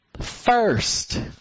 First